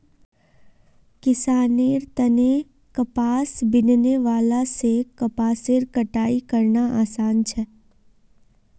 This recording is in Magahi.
किसानेर तने कपास बीनने वाला से कपासेर कटाई करना आसान छे